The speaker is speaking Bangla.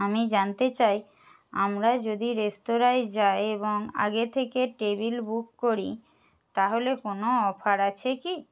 আমি জানতে চাই আমরা যদি রেস্তরাঁয় যাই এবং আগে থেকে টেবিল বুক করি তাহলে কোনো অফার আছে কি